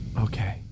Okay